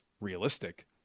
realistic